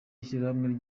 ishyirahamwe